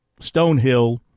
Stonehill